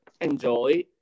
Enjoy